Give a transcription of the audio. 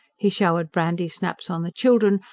he showered brandy-snaps on the children,